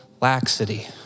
laxity